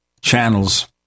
channels